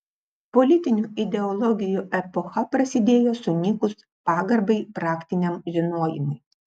politinių ideologijų epocha prasidėjo sunykus pagarbai praktiniam žinojimui